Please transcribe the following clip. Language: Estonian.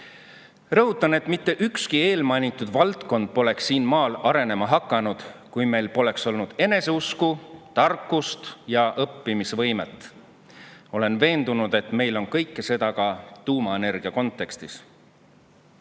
Rõhutan, et mitte ükski eelmainitud valdkond poleks siin maal arenema hakanud, kui meil poleks olnud eneseusku, tarkust ja õppimisvõimet. Olen veendunud, et meil on kõike seda ka tuumaenergia kontekstis. Kogu